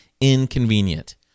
inconvenient